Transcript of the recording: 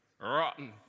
rotten